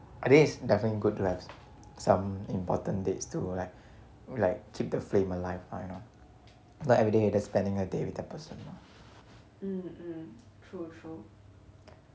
I think it's definitely good to have s~ some important dates to like like keep the flame alive lah you know not everyday you're just spending a day with that person mah